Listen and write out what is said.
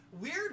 weird